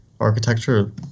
architecture